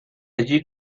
allí